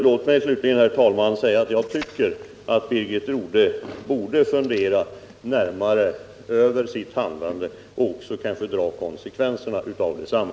Låt mig slutligen, herr talman, säga att jag tycker att Birgit Rodhe borde fundera närmare över sitt handlande och försöka dra konsekvenserna av detsamma.